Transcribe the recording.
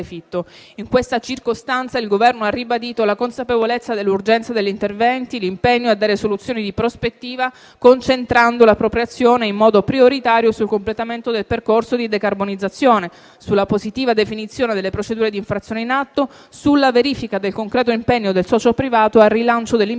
In questa circostanza il Governo ha ribadito la consapevolezza dell'urgenza degli interventi e l'impegno a dare soluzioni di prospettiva, concentrando la propria azione in modo prioritario sul completamento del percorso di decarbonizzazione, sulla positiva definizione delle procedure di infrazione in atto, sulla verifica del concreto impegno del socio privato al rilancio dell'impianto